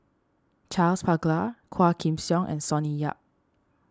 Charles Paglar Quah Kim Song and Sonny Yap